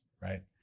right